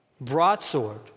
broadsword